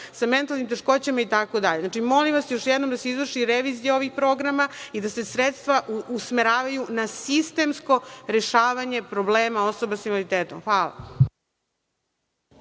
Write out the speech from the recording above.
sa mentalnim teškoćama itd. Znači, molim vas još jednom da se izvrši revizija ovih programa i da se sredstva usmeravaju na sistemsko rešavanje problema osoba sa invaliditetom. Hvala.